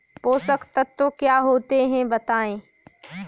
पोषक तत्व क्या होते हैं बताएँ?